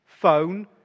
Phone